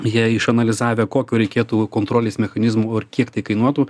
jie išanalizavę kokių reikėtų kontrolės mechanizmų ir kiek tai kainuotų